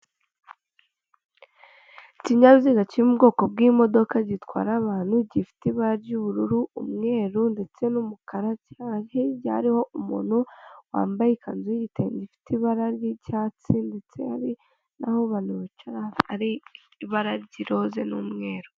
Ikinyabiziga kiri mu bwoko bw'imodoka gitwara abantu, gifite ibara ry'ubururu umweru ndetse n'umukara, kiri aho hirya hariho umuntu wambaye ikanzu y'igitenge ifite ibara ry'icyatsi ndetse hari n'aho abantu bicara hari ibara ry'iroze n'umweru.